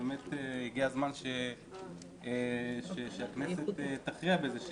ובאמת הגיע הזמן שהכנסת תכריע בזה,